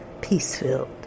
peace-filled